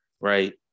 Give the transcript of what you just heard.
right